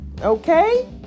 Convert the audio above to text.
Okay